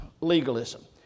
legalism